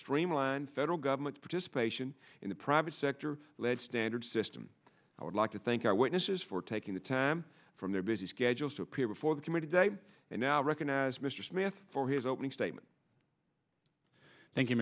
streamline federal government participation in the private sector led standard system i would like to thank our witnesses for taking the time from their busy schedules to appear before the committee today and now recognize mr smith for his opening statement thank